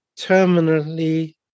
terminally